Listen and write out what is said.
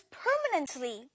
permanently